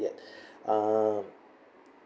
yet uh